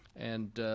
and